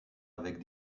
avec